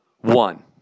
one